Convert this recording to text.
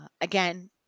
Again